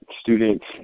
students